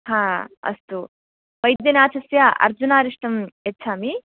हा अस्तु बैद्यनाथस्य अर्जुनारिष्टं यच्छामि